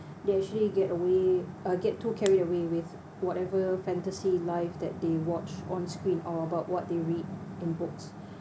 they actually get away uh get too carried away with whatever fantasy life that they watched on screen or about what they read in books